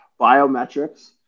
Biometrics